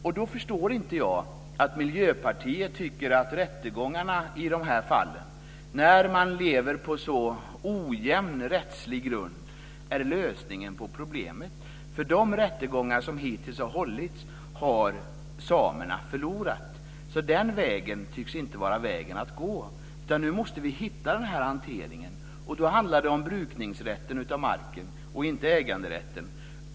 Och då förstår inte jag att Miljöpartiet tycker att rättegångarna i dessa fall, när man lever på så ojämn rättslig grund, är lösningen på problemet. De rättegångar som hittills har hållits har nämligen samerna förlorat. Den vägen tycks alltså inte vara den rätta att gå, utan nu måste vi hitta hanteringen. Då handlar det om brukningsrätten av marken och inte om äganderätten.